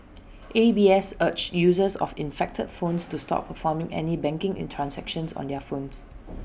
A B S urged users of infected phones to stop performing any banking transactions on their phones